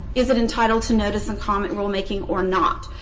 is it entitled to notice-and-comment rulemaking or not?